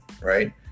right